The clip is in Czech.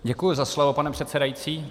Děkuji za slovo, pane předsedající.